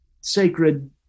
sacred